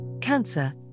cancer